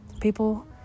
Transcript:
people